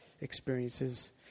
experiences